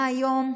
מה היום?